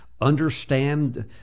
Understand